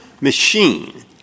machine